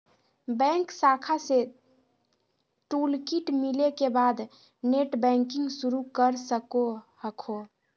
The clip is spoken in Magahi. बैंक शाखा से टूलकिट मिले के बाद नेटबैंकिंग शुरू कर सको हखो